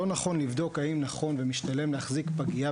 לא נכון לבדוק האם נכון ומשתלם להחזיק פגייה